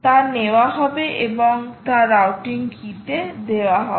তা নেওয়া হবে এবং তা রাউটিং কীতে দেওয়া হবে